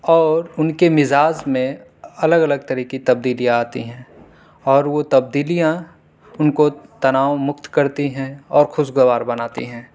اور ان کے مزاج میں الگ الگ طرح کی تبدیلیاں آتی ہے اور وہ تبدیلیاں ان کو تناؤمکت کرتی ہیں اور خوشگوار بناتی ہیں